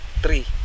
Three